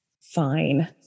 Fine